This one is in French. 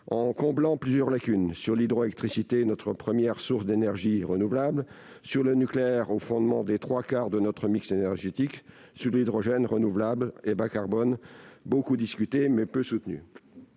en comblant plusieurs lacunes sur l'hydroélectricité, notre première source d'énergie renouvelable, sur le nucléaire, au fondement des trois quarts de notre mix énergétique, ainsi que sur l'hydrogène renouvelable et bas-carbone, énergie largement évoquée mais peu soutenue.